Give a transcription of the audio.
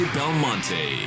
Belmonte